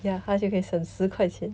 ya 他就可以省十块钱